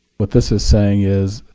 what this is saying is,